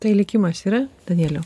tai likimas yra danieliau